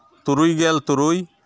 ᱛᱩᱨᱩᱭ ᱜᱮᱞ ᱛᱩᱨᱩᱭ